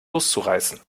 loszureißen